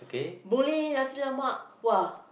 Boon-Lay nasi-lemak !wah!